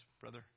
brother